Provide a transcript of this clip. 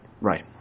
Right